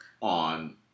on